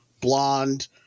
blonde